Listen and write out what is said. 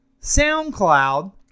SoundCloud